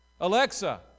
Alexa